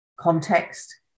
context